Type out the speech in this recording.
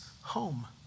home